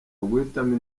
uguhitamo